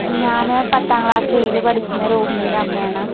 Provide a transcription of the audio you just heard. ഞാൻ പത്താം ക്ലാസ്സ് ഏയിൽ പടിക്കുന്ന രോഹിണീടെ അമ്മയാണ്